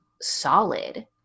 solid